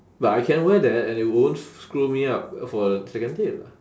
but I can wear that and it won't screw me up for a second date lah